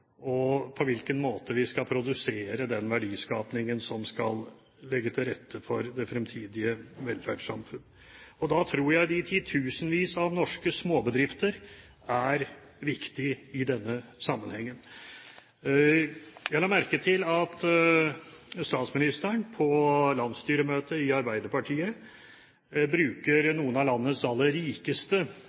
og på hvilken måte vi skal produsere den verdiskapingen som skal legge til rette for det fremtidige velferdssamfunnet. Da tror jeg de titusenvis av norske småbedrifter er viktige i denne sammenhengen. Jeg la merke til at statsministeren på landsstyremøtet i Arbeiderpartiet brukte noen av landets aller rikeste